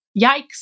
Yikes